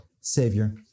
savior